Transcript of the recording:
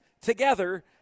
together